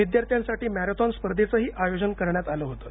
विद्यार्थ्यांसाठी मॅरेथॉन स्पर्धेचंही आयोजन करण्यात आलं होतं